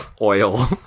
oil